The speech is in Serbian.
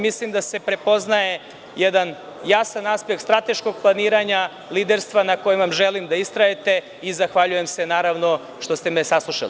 Mislim da se prepoznaje jedan jasan aspekt strateškog planiranja liderstva, na kojem vam želim da istrajete i zahvaljujem se, naravno, što ste me saslušali.